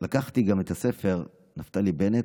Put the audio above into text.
לקחתי גם את הספר של נפתלי בנט,